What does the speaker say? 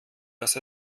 dass